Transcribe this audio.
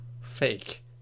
Fake